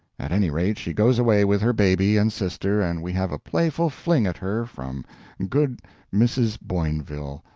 at any rate, she goes away with her baby and sister, and we have a playful fling at her from good mrs. boinville,